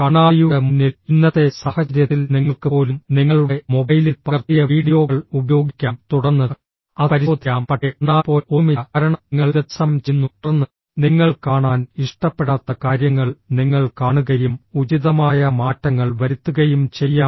കണ്ണാടിയുടെ മുന്നിൽ ഇന്നത്തെ സാഹചര്യത്തിൽ നിങ്ങൾക്ക് പോലും നിങ്ങളുടെ മൊബൈലിൽ പകർത്തിയ വീഡിയോകൾ ഉപയോഗിക്കാം തുടർന്ന് അത് പരിശോധിക്കാം പക്ഷേ കണ്ണാടി പോലെ ഒന്നുമില്ല കാരണം നിങ്ങൾ ഇത് തത്സമയം ചെയ്യുന്നു തുടർന്ന് നിങ്ങൾ കാണാൻ ഇഷ്ടപ്പെടാത്ത കാര്യങ്ങൾ നിങ്ങൾ കാണുകയും ഉചിതമായ മാറ്റങ്ങൾ വരുത്തുകയും ചെയ്യാം